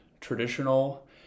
traditional